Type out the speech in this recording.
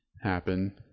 happen